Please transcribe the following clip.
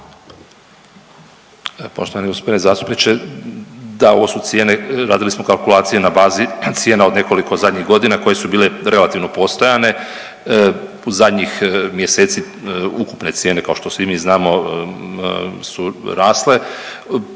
Poštovani g. zastupniče. Da, ovo su cijene radili smo kalkulacije na bazi cijena od nekoliko zadnjih godina koje su bile relativno postojanje. U zadnjih mjeseci ukupne cijene kao što svi mi znamo su rasle,